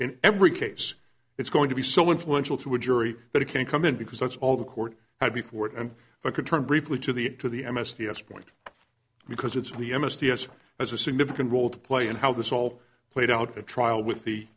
in every case it's going to be so influential to a jury that it can't come in because that's all the court had before it and if i could turn briefly to the to the m s g s point because it's the m s t s has a significant role to play in how this all played out at trial with the